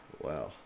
Wow